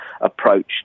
approach